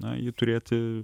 na jį turėti